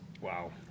Wow